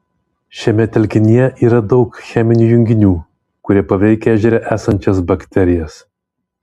šiame telkinyje yra daug cheminių junginių kurie paveikia ežere esančias bakterijas